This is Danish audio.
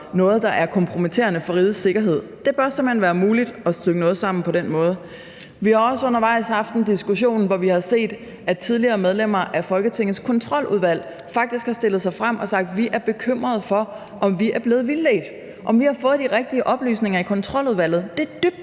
noget, der er kompromitterende for rigets sikkerhed. Det bør simpelt hen være muligt at stykke noget sammen på den måde. Vi har også undervejs haft en diskussion, hvor vi har set, at tidligere medlemmer af Folketingets Kontroludvalg faktisk har stillet sig frem og sagt: Vi er bekymret for, om vi er blevet vildledt, om vi har fået de rigtige oplysninger i Kontroludvalget. Det er dybt